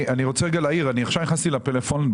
נכנסתי לפלאפון,